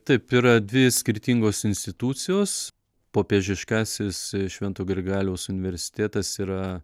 taip yra dvi skirtingos institucijos popiežiškasis švento grigaliaus universitėtas yra